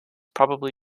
probably